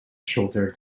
shoulder